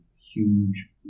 huge